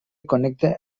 connecta